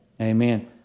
Amen